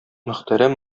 мөхтәрәм